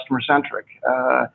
customer-centric